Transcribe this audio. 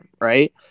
right